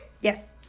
Yes